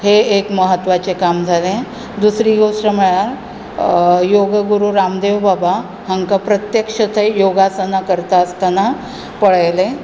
हें एक म्हत्वाचें काम जालें दुसरी गोष्ट म्हणल्यार योग गुरू रामदेव बाबा हांका प्रत्यक्षान थंय योगासनां करता आसतना पळयलें